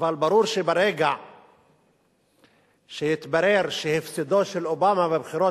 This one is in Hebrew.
אבל ברור שברגע שהתברר שהפסדו של אובמה בבחירות